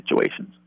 situations